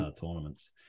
tournaments